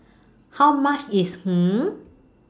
How much IS Hummus